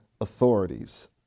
authorities